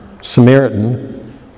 Samaritan